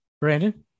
Brandon